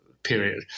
period